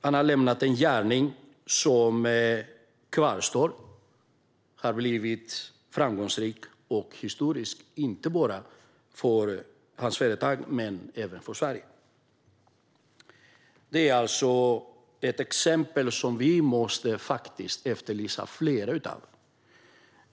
Han lämnar efter sig en historiskt framgångsrik gärning, inte bara för företaget utan även för Sverige. Detta är ett exempel som vi måste efterlysa fler av.